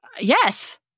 Yes